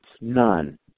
None